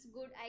Good